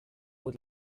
wood